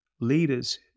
leaders